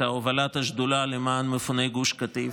את הובלת השדולה למען מפוני גוש קטיף.